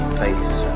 face